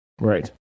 Right